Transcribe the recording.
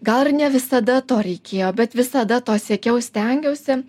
gal ir ne visada to reikėjo bet visada to siekiau stengiausi